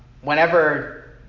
whenever